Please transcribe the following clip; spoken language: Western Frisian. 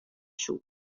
soe